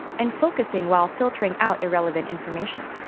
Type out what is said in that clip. and focusing while filtering out irrelevant information.